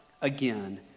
again